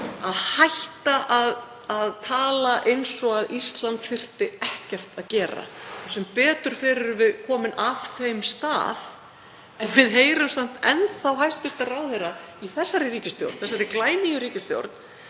að hætta að tala eins og að Ísland þyrfti ekkert að gera. Sem betur fer erum við komin af þeim stað. En við heyrum samt enn þá hæstv. ráðherra í þessari ríkisstjórn, þessari glænýju ríkisstjórn,